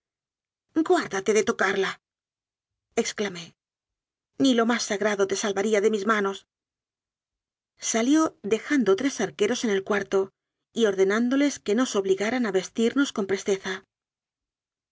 guárdate de tocarla ex clamé ni lo más sagrado te salvaría de mis manos salió dejando tres arqueros en el cuarto y ordenándoles que nos obligaran a vestirnos con presteza